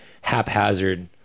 haphazard